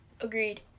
Agreed